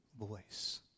voice